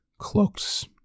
cloaks